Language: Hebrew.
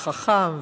חכם,